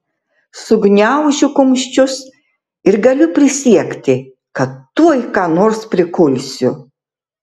sugniaužiu kumščius ir galiu prisiekti kad tuoj ką nors prikulsiu